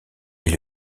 est